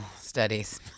studies